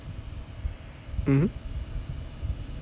mmhmm